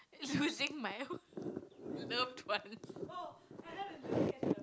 losing my loved one